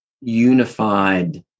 unified